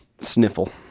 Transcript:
sniffle